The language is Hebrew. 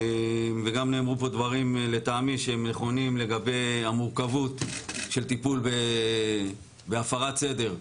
וגם נאמרו פה דברים לטעמי שהם נכונים לגבי המורכבות של טיפול בהפרת סדר.